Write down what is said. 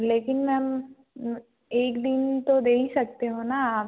लेकिन मैम एक दिन तो दे ही सकते हो ना आप